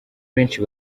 benshi